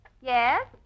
Yes